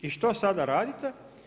I što sada radite?